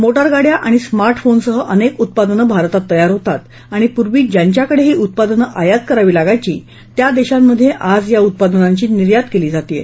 मोटारगाड्या आणि स्मार्ट फोनसह अनेक उत्पादन भारतात तयार होतात आणि पूर्वी ज्यांच्याकडे ही उत्पादनं आयात करावी लागायची त्या देशांमध्ये आज या उत्पादनांची निर्यात केली जातेय